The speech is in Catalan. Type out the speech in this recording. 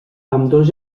ambdós